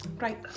Right